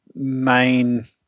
main